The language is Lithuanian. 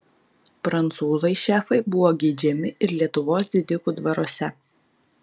prancūzai šefai buvo geidžiami ir lietuvos didikų dvaruose